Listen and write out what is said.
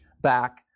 back